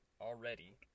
already